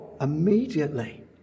Immediately